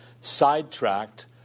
sidetracked